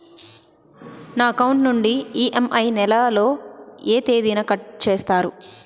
నా అకౌంట్ నుండి ఇ.ఎం.ఐ నెల లో ఏ తేదీన కట్ చేస్తారు?